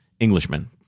englishmen